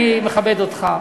אני מכבד אותך,